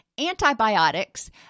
antibiotics